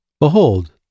Behold